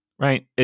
right